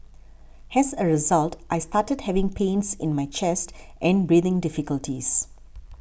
has a result I started having pains in my chest and breathing difficulties